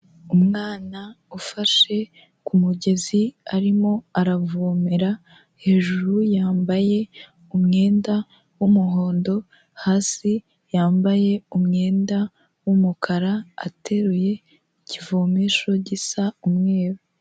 Umwana ufashe ku mugezi arimo aravomera hejuru yambaye umwenda w'umuhondo hasi yambaye umwenda w'umukara ateruye ikivomesho gisa umweru.